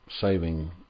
saving